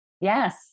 Yes